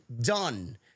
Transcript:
done